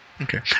Okay